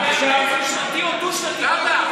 באמת, מותר לה.